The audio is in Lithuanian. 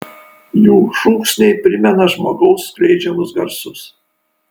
jų šūksniai primena žmogaus skleidžiamus garsus